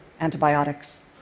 antibiotics